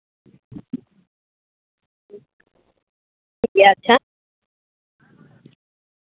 ᱴᱷᱤᱠ ᱜᱮᱭᱟ ᱟᱪᱪᱷᱟ